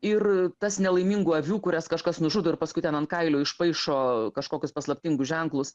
ir tas nelaimingų avių kurias kažkas nužudo ir paskui ten ant kailio išpaišo kažkokius paslaptingus ženklus